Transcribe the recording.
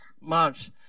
March